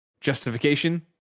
Justification